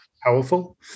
powerful